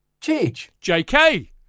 JK